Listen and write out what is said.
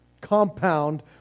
compound